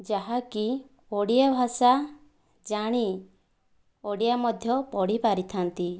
ଯାହାକି ଓଡ଼ିଆ ଭାଷା ଜାଣି ଓଡ଼ିଆ ମଧ୍ୟ ପଢ଼ିପାରିଥାନ୍ତି